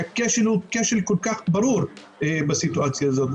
הכשל הוא כשל כל כך ברור בסיטואציה הזאת.